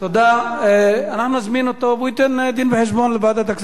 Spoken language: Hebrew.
יצטרכו לתת דין-וחשבון.